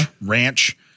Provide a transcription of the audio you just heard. ranch